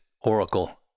oracle